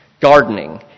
Gardening